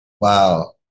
wow